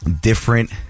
different